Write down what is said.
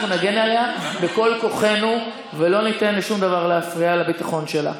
אנחנו נגן עליה בכל כוחנו ולא ניתן לשום דבר להפריע לביטחון שלה.